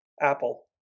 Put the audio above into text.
Apple